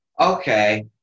Okay